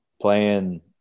playing